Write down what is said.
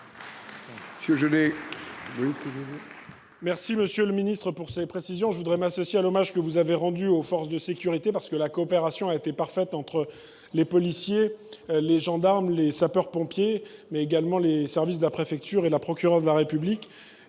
monsieur le ministre. Je souhaite m’associer à l’hommage que vous avez rendu aux forces de sécurité ; la coopération a été parfaite entre les policiers, les gendarmes, les sapeurs pompiers, mais également entre les services de la préfecture et la procureure de la République.